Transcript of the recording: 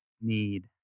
need